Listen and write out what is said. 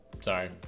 Sorry